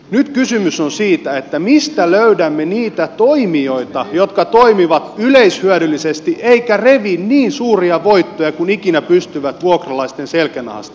nyt kysymys on siitä että mistä löydämme niitä toimijoita jotka toimivat yleishyödyllisesti eivätkä revi niin suuria voittoja kuin ikinä pystyvät vuokralaisten selkänahasta